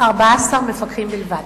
14 מפקחים בלבד.